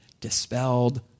dispelled